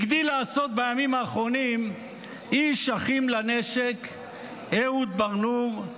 הגדיל לעשות בימים האחרונים איש אחים לנשק אהוד בר נור,